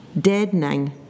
deadening